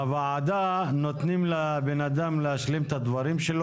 בוועדה נותנים לבן אדם להשלים את הדברים שלו.